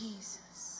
Jesus